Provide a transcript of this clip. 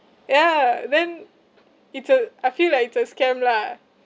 yeah then it's a I feel like it's a scam lah